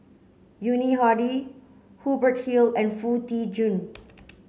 Yuni Hadi Hubert Hill and Foo Tee Jun